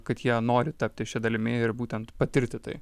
kad jie nori tapti šia dalimi ir būtent patirti tai